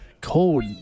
cold